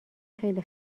خیلی